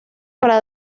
para